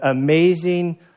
amazing